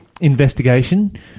investigation